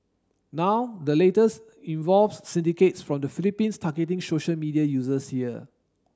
now the latest involves syndicates from the Philippines targeting social media users here